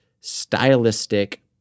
stylistic